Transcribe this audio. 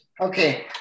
Okay